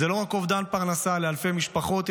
זה לא רק אובדן פרנסה לאלפי משפחות,